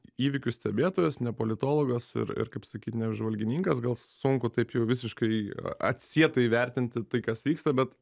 įvykių stebėtojas ne politologas ir ir kaip sakyt ne apžvalgininkas gal sunku taip jau visiškai atsietai vertinti tai kas vyksta bet